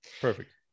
Perfect